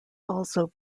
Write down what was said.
also